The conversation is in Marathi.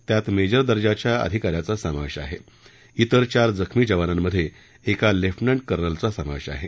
त्यात मेजर दर्जाच्या अधिका याचा समावेश आहे इतर चार जखमी जवानांमधे एका लेफ्टनंट कर्नलचा समावेश आहे